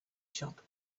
shop